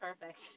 perfect